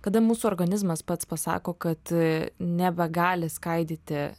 kada mūsų organizmas pats pasako kad nebegali skaidyti